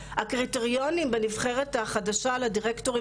הקריטריונים בנבחרת החדשה לדירקטורים